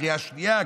בקריאה שנייה,